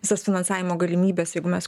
visas finansavimo galimybes jeigu mes